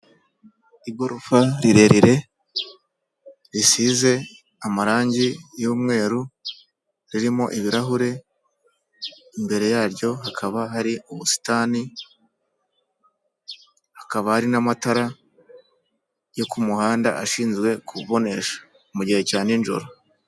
Igorofa rirerire risize amarangi y'umweru, ririmo ibirahure, imbere yaryo hakaba hari ubusitani, hakaba hari n'amatara yo ku muhanda ashinzwe kubonesha mu gihe cya nijoro.